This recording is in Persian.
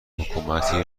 حکومتم